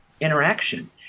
interaction